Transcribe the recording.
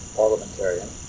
parliamentarian